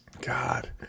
God